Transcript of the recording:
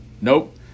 Nope